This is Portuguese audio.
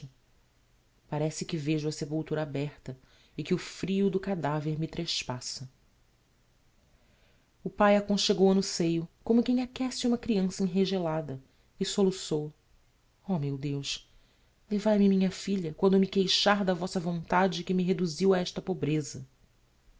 parece que vejo a sepultura aberta e que o frio do cadaver me trespassa o pai aconchegou a no seio como quem aquece uma criança enregelada e soluçou ó meu deus levai me minha filha quando eu me queixar da vossa vontade que me reduziu a esta pobreza